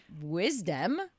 wisdom